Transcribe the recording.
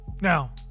Now